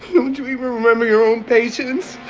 don't you even remember your own patients.